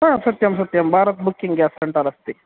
हा सत्यं सत्यं सत्यं बारत् बुक्किङ्ग् ग्यास् सेण्टर् अस्ति